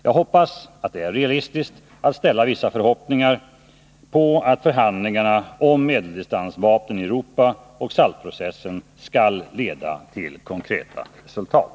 Jag hoppas att det är realistiskt att ställa vissa förhoppningar på att förhandlingarna om medeldistansvapen i Europa och SALT-processen skall leda till konkreta resultat.